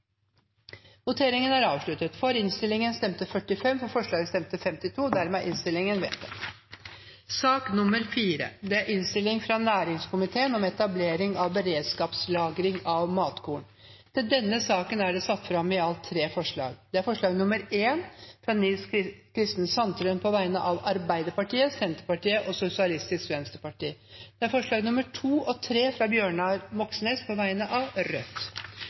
debatten er det satt fram i alt tre forslag. Det er forslag nr. 1, fra Nils Kristen Sandtrøen på vegne av Arbeiderpartiet, Senterpartiet og Sosialistisk Venstreparti forslagene nr. 2 og 3, fra Bjørnar Moxnes på vegne av Rødt